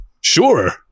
sure